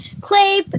clay